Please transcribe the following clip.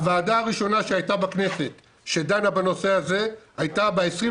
הוועדה הראשונה בכנסת שדנה בנושא הזה הייתה ב-24